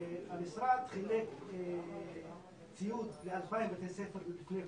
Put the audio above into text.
המשרד חילק ציוד ל-2,000 בתי ספר לפני הקורונה,